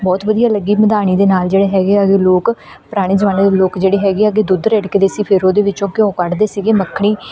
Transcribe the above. ਬਹੁਤ ਵਧੀਆ ਲੱਗੀ ਮਧਾਣੀ ਦੇ ਨਾਲ ਜਿਹੜੇ ਹੈਗੇ ਹੈਗੇ ਲੋਕ ਪੁਰਾਣੇ ਜ਼ਮਾਨੇ ਦੇ ਲੋਕ ਜਿਹੜੇ ਹੈਗੇ ਆ ਕਿ ਦੁੱਧ ਰਿੜਕਦੇ ਸੀ ਫਿਰ ਉਹਦੇ ਵਿੱਚੋਂ ਘਿਓ ਕੱਢਦੇ ਸੀਗੇ ਮੱਖਣੀ